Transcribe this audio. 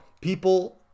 people